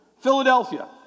Philadelphia